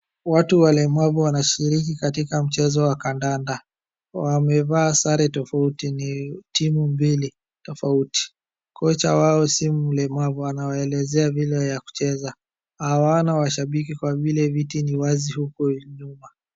watu walemavu wanashiriki katika mchezo wa kandanda ,wamevaa sare tofauti ni timu mbili tofauti ,kocha wao si mlemavu anawaelezea vile ya kucheza hawana mashabiki kwa vile viti ni wazi huko nyuma